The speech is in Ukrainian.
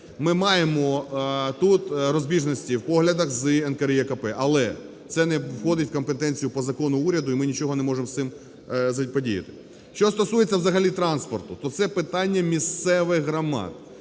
Ми маємо тут розбіжності в поглядах з НКРЕКП. Але це не входить в компетенцію по закону уряду, і ми нічого не можемо з цим подіяти. Що стосується взагалі транспорту, то це питання місцевих громад.